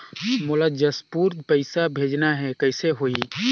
मोला जशपुर पइसा भेजना हैं, कइसे होही?